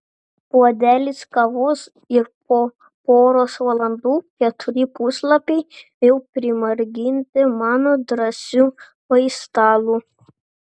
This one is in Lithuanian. puodelis kavos ir po poros valandų keturi puslapiai jau primarginti mano drąsių paistalų